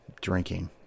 drinking